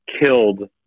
killed –